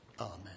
amen